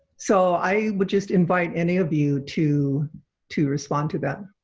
so i would just invite any of you two to respond to them.